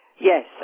Yes